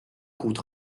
kuud